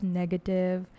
negative